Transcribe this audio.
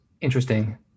interesting